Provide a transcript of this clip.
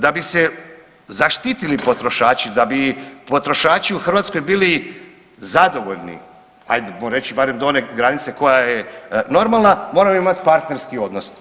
Da bi se zaštitili potrošači, da bi potrošači u Hrvatskoj bili zadovoljni, hajdemo reći barem do one granice koja je normalna, moramo imati partnerski odnos.